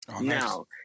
Now